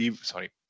sorry